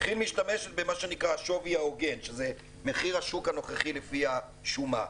כי"ל משתמשת במה שנקרא השווי ההוגן שזה מחיר השוק הנוכחי לפי השומה.